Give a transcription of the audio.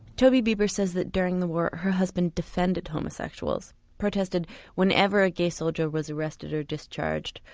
toby bieber says that during the war her husband defended homosexuals, protested whenever a gay soldier was arrested or discharged,